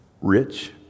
rich